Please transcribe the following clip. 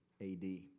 AD